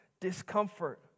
discomfort